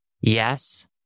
Yes